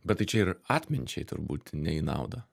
bet tai čia ir atminčiai turbūt ne į naudą